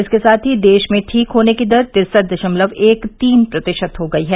इसके साथ ही देश में ठीक होने की दर तिरसठ दशमलव एक तीन प्रतिशत हो गई है